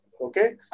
Okay